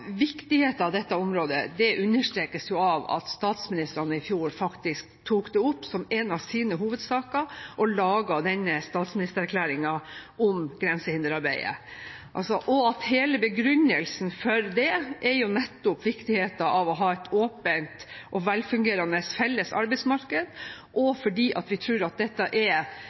viktigheten av dette området understrekes av at statsministrene i fjor faktisk tok det opp som en av sine hovedsaker og laget denne statsministererklæringen om grensehinderarbeidet. Hele begrunnelsen for det er nettopp viktigheten av å ha et åpent og velfungerende felles arbeidsmarked, og at vi tror at dette er